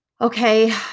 okay